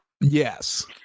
Yes